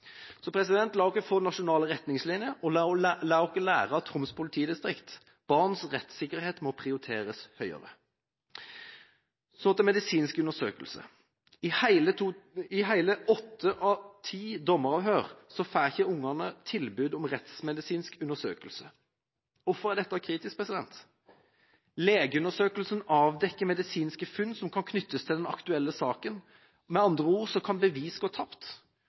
Så til medisinsk undersøkelse: I hele åtte av ti dommeravhør får ikke barna tilbud om rettsmedisinsk undersøkelse. Hvorfor er det kritisk? Legeundersøkelsen avdekker medisinske funn som kan knyttes til den aktuelle saken – med andre ord kan bevis gå tapt.